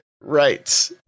Right